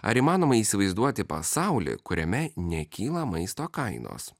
ar įmanoma įsivaizduoti pasaulį kuriame nekyla maisto kainos